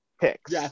picks